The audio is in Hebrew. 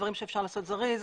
דברים שאפשר לעשות בזריזות,